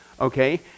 Okay